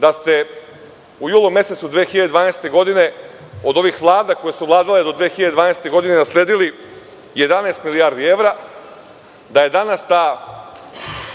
da ste u julu mesecu 2012. godine od ovih vlada koje su vladale do 2012. godine nasledili 11 milijardi evra, da je danas ta